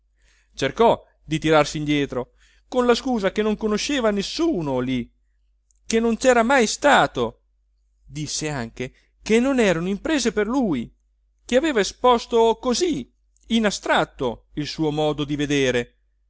cercò di tirarsi indietro con la scusa che non conosceva nessuno lì che non cera mai stato disse anche che non erano imprese per lui che aveva esposto così in astratto il suo modo di vedere